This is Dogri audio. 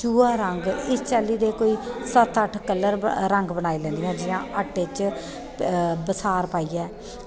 सूहा रंग इस चाल्ली दे कोई सत्त अट्ठ रंग बनाई लैंदियां हियां जियां आटै च बसार पाइयै